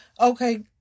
okay